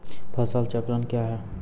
फसल चक्रण कया हैं?